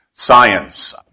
science